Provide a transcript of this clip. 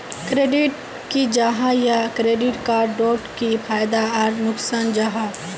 Credit की जाहा या क्रेडिट कार्ड डोट की फायदा आर नुकसान जाहा?